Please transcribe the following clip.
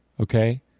okay